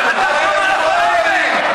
אתה חם על הפלאפל.